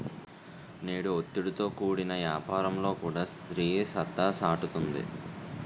నేడు ఒత్తిడితో కూడిన యాపారంలో కూడా స్త్రీ సత్తా సాటుతుంది